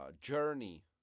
journey